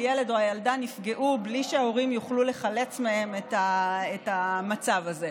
הילד או הילדה נפגעו בלי שההורים יוכלו לחלץ מהם את המצב הזה.